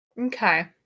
Okay